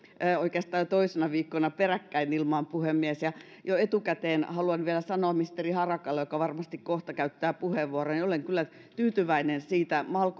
oikeastaan jo toisena viikkona peräkkäin ilmaan puhemies ja jo etukäteen haluan vielä sanoa ministeri harakalle joka varmasti kohta käyttää puheenvuoron että olen kyllä tyytyväinen siitä mal